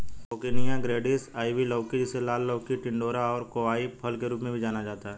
coccinia grandis, ivy लौकी, जिसे लाल लौकी, टिंडोरा और कोवाई फल के रूप में भी जाना जाता है